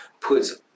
puts